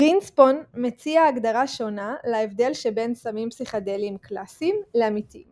גרינספון מציע הגדרה שונה להבדל שבין סמים פסיכדליים קלאסיים לאמיתיים